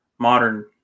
modern